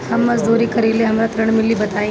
हम मजदूरी करीले हमरा ऋण मिली बताई?